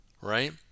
right